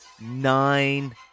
nine